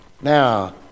Now